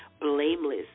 blameless